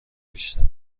بیشتر